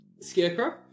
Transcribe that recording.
Scarecrow